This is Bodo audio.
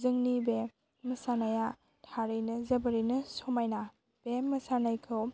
जोंनि बे मोसानाया थारैनो जोबोरैनो समायना बे मोसानायखौ